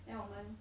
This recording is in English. then 我们